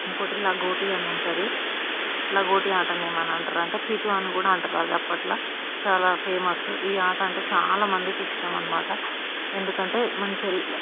ఇంకొకటి లగోటి అని ఉంటుంది లగోటీ ఆటను ఏమంటారు అం టే పితు అని కూడా అంటారు అది అప్పట్లో చాలా ఫేమస్ ఈ ఆట అంటే చాలామందికి ఇష్టం అన్నమాట ఎందుకంటే మంచిగా